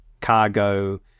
cargo